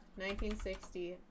1960